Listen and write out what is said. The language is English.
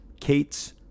Kate's